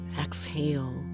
exhale